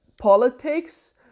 politics